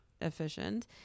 efficient